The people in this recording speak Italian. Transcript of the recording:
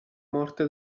morte